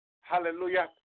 hallelujah